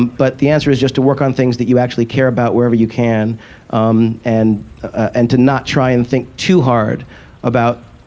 but the answer is just to work on things that you actually care about wherever you can and and to not try and think too hard about